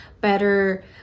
better